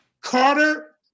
Carter